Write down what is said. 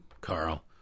Carl